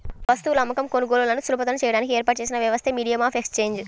వస్తువుల అమ్మకం, కొనుగోలులను సులభతరం చేయడానికి ఏర్పాటు చేసిన వ్యవస్థే మీడియం ఆఫ్ ఎక్సేంజ్